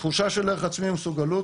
תחושה של ערך עצמי ומסוגלות,